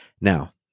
Now